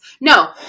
No